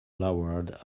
lowered